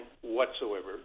whatsoever